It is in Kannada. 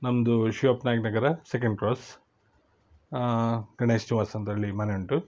ನಮ್ಮದು ಶಿವಪ್ಪ ನಾಯ್ಕ ನಗರ ಸೆಕೆಂಡ್ ಕ್ರಾಸ್ ಗಣೇಶ್ ನಿವಾಸ್ ಅಂತೇಳಿ ಮನೆ ಉಂಟು